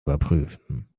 überprüfen